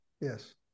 Yes